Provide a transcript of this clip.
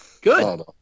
Good